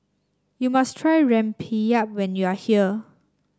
you must try Rempeyek when you are here